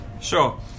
Sure